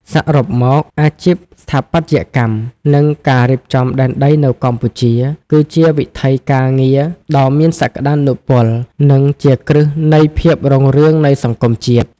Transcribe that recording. សរុបមក អាជីពស្ថាបត្យកម្ម និងការរៀបចំដែនដីនៅកម្ពុជា គឺជាវិថីការងារដ៏មានសក្ដានុពល និងជាគ្រឹះនៃភាពរុងរឿងនៃសង្គមជាតិ។